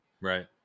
Right